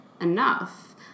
enough